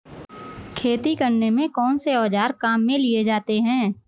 खेती करने में कौनसे औज़ार काम में लिए जाते हैं?